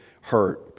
hurt